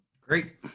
Great